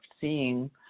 seeing